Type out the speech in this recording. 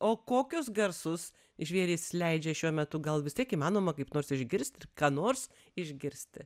o kokius garsus žvėrys leidžia šiuo metu gal vis tiek įmanoma kaip nors išgirst ką nors išgirsti